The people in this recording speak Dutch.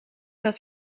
dat